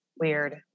weird